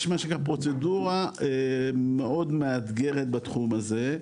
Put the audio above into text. גם פרוצדורה מאוד מאתגרת בתחום הזה,